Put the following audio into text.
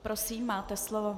Prosím, máte slovo.